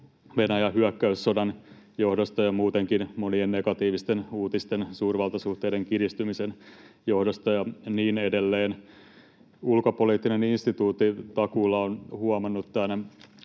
Venäjän hyökkäyssodan johdosta ja muutenkin monien negatiivisten uutisten, suurvaltasuhteiden kiristymisen johdosta ja niin edelleen. Ulkopoliittinen instituutti takuulla on huomannut tämän